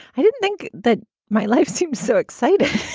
i didn't think that my life seemed so exciting.